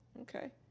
Okay